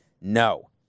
No